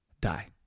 die